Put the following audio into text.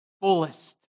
fullest